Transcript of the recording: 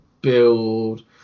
build